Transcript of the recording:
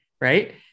Right